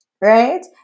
right